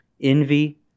Envy